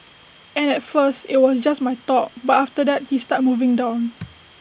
and at first IT was just my top but after that he started moving down